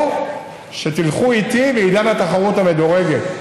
או שתלכו איתי לעידן התחרות המדורגת.